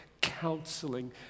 counseling